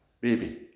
baby